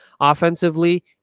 offensively